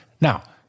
Now